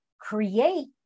create